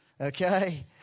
Okay